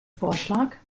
vorschlag